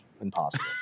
Impossible